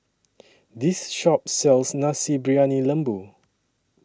This Shop sells Nasi Briyani Lembu